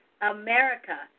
America